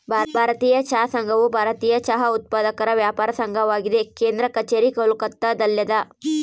ಭಾರತೀಯ ಚಹಾ ಸಂಘವು ಭಾರತೀಯ ಚಹಾ ಉತ್ಪಾದಕರ ವ್ಯಾಪಾರ ಸಂಘವಾಗಿದೆ ಕೇಂದ್ರ ಕಛೇರಿ ಕೋಲ್ಕತ್ತಾದಲ್ಯಾದ